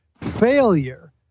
failure